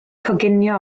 coginio